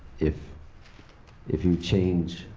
if if you change